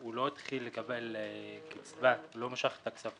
הוא לא התחיל לקבל קצבה, לא משך את הכספים,